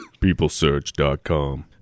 PeopleSearch.com